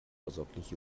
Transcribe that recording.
vorsorglich